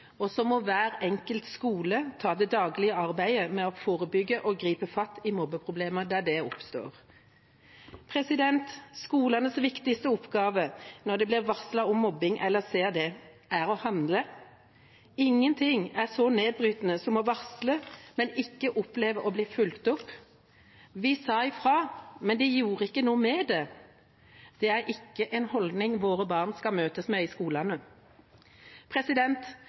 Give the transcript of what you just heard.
og så må hver enkelt skole ta det daglige arbeidet med å forebygge og gripe fatt i mobbeproblemer der de oppstår. Skolens viktigste oppgave når den blir varslet om mobbing eller ser det, er å handle. Ingenting er så nedbrytende som å varsle og så oppleve ikke å bli fulgt opp: Vi sa fra, men de gjorde ikke noe med det. ? Det er ikke en holdning våre barn skal møtes med i